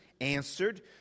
answered